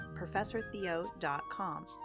ProfessorTheo.com